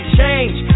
change